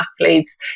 athletes